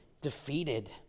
defeated